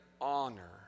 honor